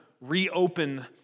reopen